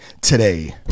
today